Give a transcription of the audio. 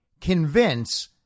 convince